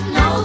no